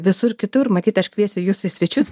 visur kitur matyt aš kviesiu jus į svečius